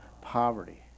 poverty